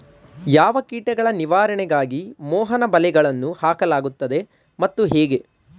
ಯಾವ ಕೀಟಗಳ ನಿವಾರಣೆಗಾಗಿ ಮೋಹನ ಬಲೆಗಳನ್ನು ಹಾಕಲಾಗುತ್ತದೆ ಮತ್ತು ಹೇಗೆ?